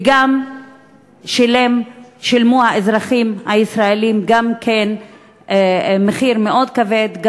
וגם האזרחים הישראלים שילמו מחיר מאוד כבד,